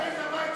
הבית שלו,